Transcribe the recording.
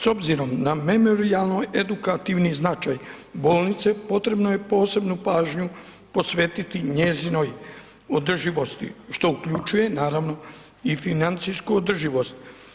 S obzirom na memorijalno edukativni značaj bolnice potrebno je posebnu pažnju posvetiti njezinoj održivosti što uključuje naravno i financijsku održivost.